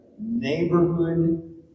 neighborhood